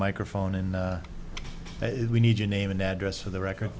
microphone in it we need your name and address for the record